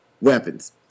weapons